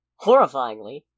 Horrifyingly